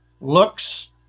looks